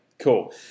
cool